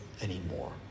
anymore